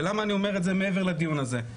למה אני אומר את זה מעבר לדיון הזה?